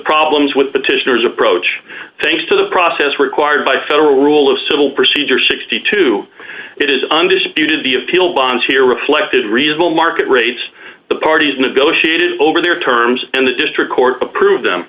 problems with petitioners approach thanks to the process required by federal rule of civil procedure sixty two dollars it is undisputed the appeal bonds here reflected result market rates the parties negotiated over their terms and the district court approved them